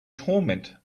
torment